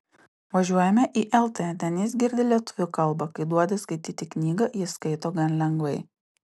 važiuojame į lt ten jis girdi lietuvių kalbą kai duodi skaityti knygą jis skaito gan lengvai